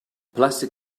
plastic